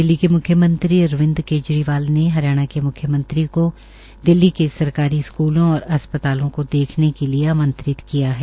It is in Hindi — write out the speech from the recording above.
दिल्ली के मुख्यमंत्री अरविंद केजरीवाल ने हरियाणा के मुख्यमंत्री को दिल्ली के सरकारी स्कूलों और अस्पतालों को देखने के लिए आंमत्रित किया है